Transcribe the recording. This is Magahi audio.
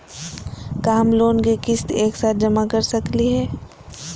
का हम लोन के किस्त एक साथ जमा कर सकली हे?